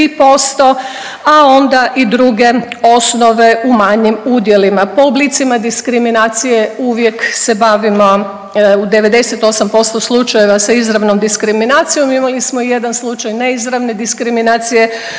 a onda i druge osnove u manjim udjelima. Po oblicima diskriminacije uvijek se bavimo u 90% slučajeva sa izravnom diskriminacijom. Imali smo jedan slučaj neizravne diskriminacije,